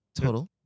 Total